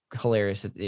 hilarious